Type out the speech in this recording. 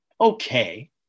okay